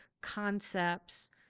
concepts